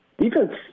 defense